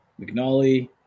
McNally